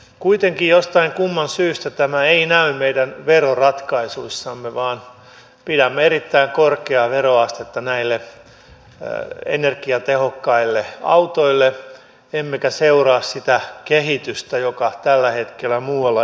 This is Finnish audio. kuitenkaan jostain kumman syystä tämä ei näy meidän veroratkaisuissamme vaan pidämme erittäin korkeaa veroastetta näille energiatehokkaille autoille emmekä seuraa sitä kehitystä joka tällä hetkellä muualla euroopassa on